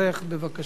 בבקשה.